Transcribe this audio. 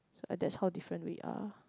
so that's how different we are